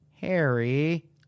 Harry